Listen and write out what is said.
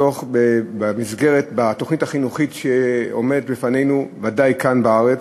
בתוכנית החינוכית שעומדת בפנינו, ודאי כאן בארץ,